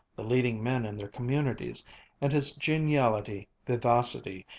the leading men in their communities and his geniality, vivacity,